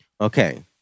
Okay